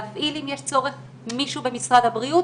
להפעיל אם יש צורך מישהו במשרד הבריאות